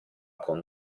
con